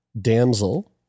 Damsel